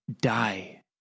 die